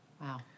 Wow